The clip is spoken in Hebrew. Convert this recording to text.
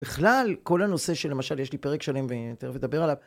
בכלל... כל הנושא של... למשל, יש לי פרק שלם (ותיכף ונדבר עליו).